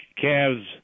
calves